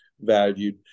valued